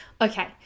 Okay